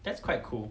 that's quite cool